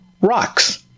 rocks